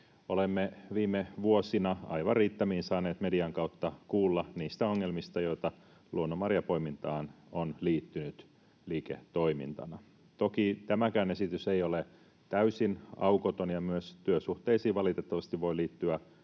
Olemme viime vuosina aivan riittämiin saaneet median kautta kuulla niistä ongelmista, joita luonnonmarjanpoimintaan on liittynyt liiketoimintana. Toki tämäkään esitys ei ole täysin aukoton, ja myös työsuhteisiin valitettavasti voi liittyä